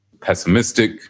pessimistic